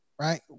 right